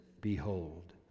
Behold